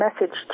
message